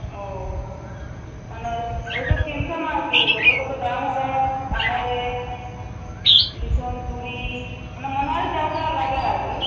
ও মানে ওই ওসব কিনতাম আর কি কতো কতো দাম হবে কানেরের লিটন চুড়ি মানে মনোহারী যা যা লাগে আর কি